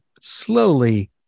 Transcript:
slowly